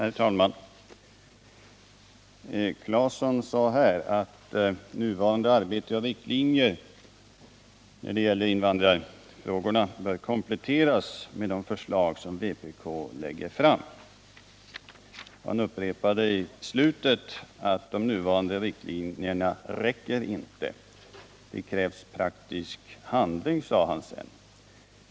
Herr talman! Tore Claeson sade att nuvarande riktlinjer för invandrarfrågorna bör kompletteras med de förslag som vänsterpartiet kommunisterna lägger fram. Han upprepade i slutet av anförandet att de nuvarande riktlinjerna inte är tillräckliga. Det krävs praktisk handling, sade han sedan.